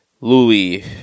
Louis